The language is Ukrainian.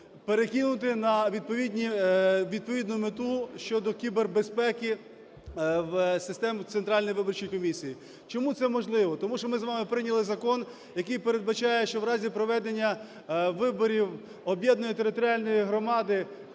перекинути на відповідну мету щодо кібербезпеки систем Центральної виборчої комісії. Чому це можливо? Тому що ми з вами прийняли закон, який передбачає, що в разі проведення виборів об'єднаної територіальної громади,